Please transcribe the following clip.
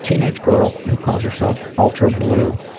teenage girl who calls herself alter blue,